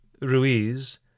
Ruiz